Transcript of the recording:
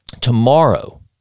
tomorrow